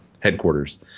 Headquarters